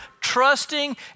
trusting